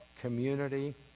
community